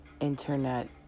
Internet